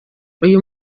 uyu